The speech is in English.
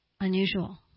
unusual